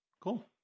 Cool